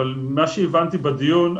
אבל ממה שהבנתי בדיון,